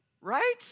Right